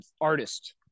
artist